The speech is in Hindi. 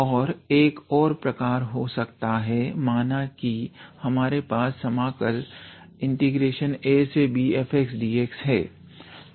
और एक और प्रकार हो सकता है माना कि हमारे पास समाकल abfxdx है